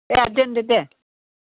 दे दोनदो दे